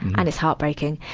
and it's heartbreaking.